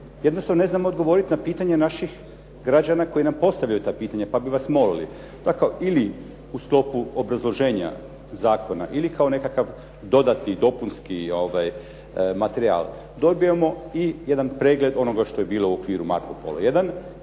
Jednostavno ne znamo odgovoriti na pitanja naših građana koji nam postavljaju ta pitanja pa bi vas molili, dakle ili u sklopu obrazloženja zakona ili kao nekakav dodatni dopunski materijal, dobijemo i jedan pregled onoga što je bilo u okviru "Marco Polo I"